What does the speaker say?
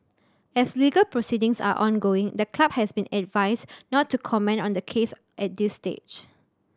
as legal proceedings are ongoing the club has been advised not to comment on the case at this stage